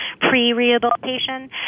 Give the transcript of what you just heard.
pre-rehabilitation